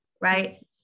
right